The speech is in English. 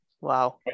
Wow